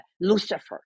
lucifer